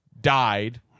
died